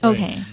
Okay